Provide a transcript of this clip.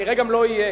כנראה גם לא יהיה.